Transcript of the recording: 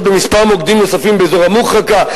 במספר מוקדים נוספים באזור המוחרקה",